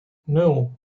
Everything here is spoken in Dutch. nul